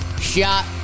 shot